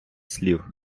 слів